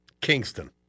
Kingston